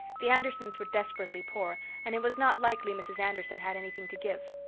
the andersons were desperately poor and it was not likely mrs. anderson had anything to give.